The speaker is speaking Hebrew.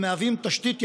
ומהווים תשתית יפה.